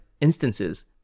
instances